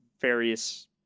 various